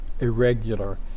irregular